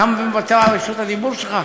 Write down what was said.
קם ומוותר על רשות הדיבור שלך?